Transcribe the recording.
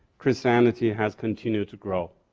christianity has continued to grow.